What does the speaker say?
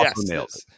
yes